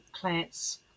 plants